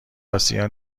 آسیا